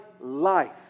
life